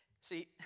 See